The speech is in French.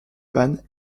van